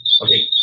Okay